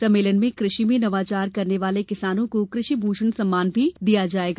सम्मेलन में कृषि में नवाचार करने वाले किसानों को कृषि भूषण सम्मान भी दिया जाएगा